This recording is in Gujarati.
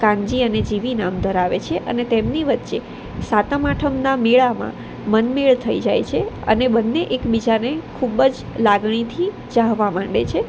કાનજી અને જીવી નામ ધરાવે છે અને તેમની વચ્ચે સાતમ આઠમના મેળામાં મનમેળ થઈ જાય છે અને બંને એકબીજાને ખૂબ જ લાગણીથી ચાહવા માંડે છે